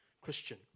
Christian